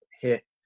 hit